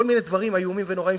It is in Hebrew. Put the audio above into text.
כל מיני דברים איומים ונוראים,